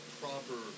proper